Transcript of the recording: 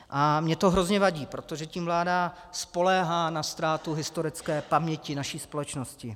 A mně to hrozně vadí, protože tím vláda spoléhá na ztrátu historické paměti naší společnosti.